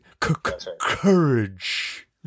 courage